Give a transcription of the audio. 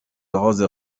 لحاظ